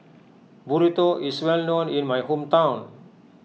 Burrito is well known in my hometown